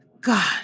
God